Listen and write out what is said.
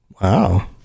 Wow